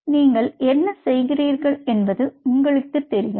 எனவே நீங்கள் என்ன செய்கிறீர்கள் என்பது உங்களுக்குத் தெரியும்